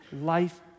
life